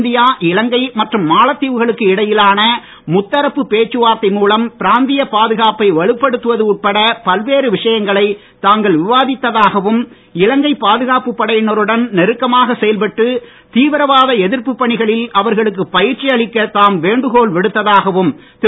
India Ilangai மற்றும் மாலத்தீவுகளுக்கு இடையிலான முத்தரப்பு பேச்சுவார்த்தை மூலம் பிராந்திய பாதுகாப்பை வலுப்படுத்துவது உட்பட பல்வேறு விஷயங்களை தாங்கள் விவாதித்ததாகவும் இலங்கை பாதுகாப்புப் படையினருடன் நெருக்கமாக செயல்பட்டு தீவிரவாத எதிர்ப்புப் பணிகளில் அவர்களுக்கு பயிற்சி அளிக்க தாம் வேண்டுகோள் விடுத்ததாகவும் திரு